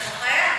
אתה שוכח,